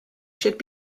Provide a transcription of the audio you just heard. should